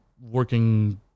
working